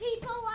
people